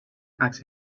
asked